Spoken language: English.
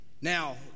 Now